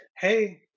hey